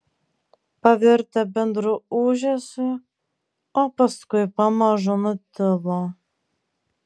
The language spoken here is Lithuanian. pavirtę bendru ūžesiu o paskui pamažu nutilo